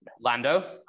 Lando